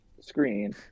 screen